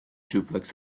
duplex